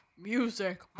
music